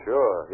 Sure